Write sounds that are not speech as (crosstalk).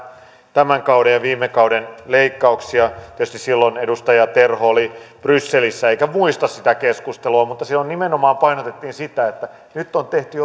tämän kauden ja viime kauden leikkauksia tietysti silloin edustaja terho oli brysselissä eikä muista sitä keskustelua mutta silloin nimenomaan painotettiin sitä että nyt on tehty (unintelligible)